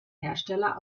hersteller